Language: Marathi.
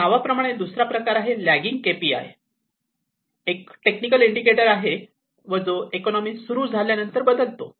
नावाप्रमाणेच दुसरा प्रकार आहे लॅगिंग केपीआय एक टेक्निकल इंडिकेटर आहे व जो इकॉनोमी सुरू झाल्यानंतर बदलतो